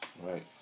right